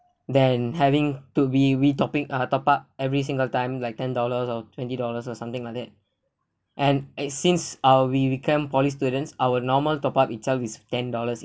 then having to be we topic ah top upevery single time like ten dollars or twenty dollars or something like that and and since ah we became poly students our normal top up itself is ten dollars